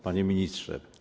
Panie Ministrze!